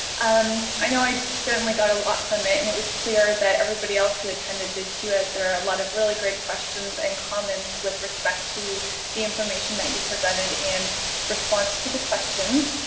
and i know i certainly got a lot from it and it was clear that everybody else who attended did too as there are a lot of really great questions and comments with respect to the information that you presented in response to the questions.